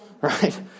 Right